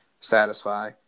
satisfy